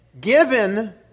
given